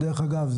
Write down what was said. דרך אגב,